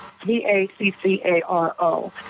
V-A-C-C-A-R-O